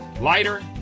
lighter